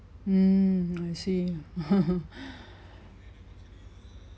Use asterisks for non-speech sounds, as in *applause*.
mm I see *laughs*